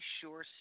sure